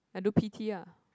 I do p_t ah